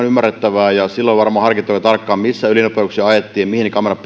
ymmärrettävää silloin oli varmaan harkittava tarkkaan missä ylinopeuksia ajettiin mihin ne kamerat